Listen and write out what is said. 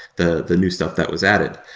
the the new stuff that was added.